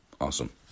Awesome